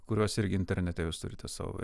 kurios irgi internete jūs turite savo